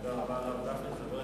תודה רבה לרב גפני.